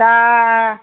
তা